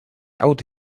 out